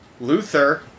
Luther